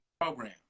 program